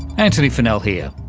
antony funnell here,